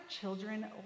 children